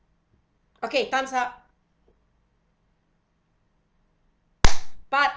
okay time's up part